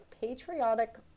Patriotic